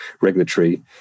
regulatory